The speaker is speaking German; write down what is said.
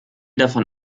davon